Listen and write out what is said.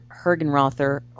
Hergenrother